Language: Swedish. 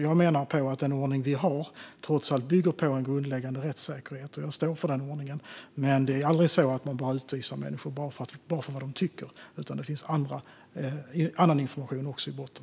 Jag menar att den ordning vi har trots allt bygger på en grundläggande rättssäkerhet, och jag står för den ordningen. Men det är aldrig så att man bör utvisa människor bara för vad de tycker, utan det finns också annan information i botten.